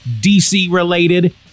DC-related